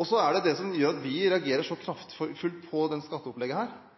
Så til det som gjør at vi reagerer så kraftig på dette skatteopplegget: